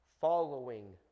following